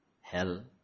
hell